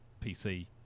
PC